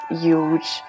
huge